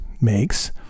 makes